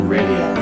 Radio